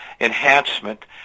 enhancement